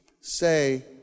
say